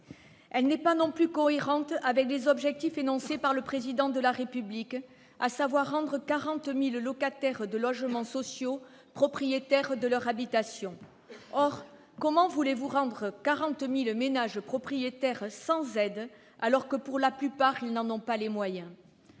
Elle n'est pas non plus cohérente avec les objectifs énoncés par le Président de la République, à savoir rendre 40 000 locataires de logements sociaux propriétaires de leur habitation. Comment voulez-vous rendre 40 000 ménages propriétaires sans aides, alors que, pour la plupart d'entre eux, ils n'en ont pas les moyens ?